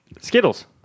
Skittles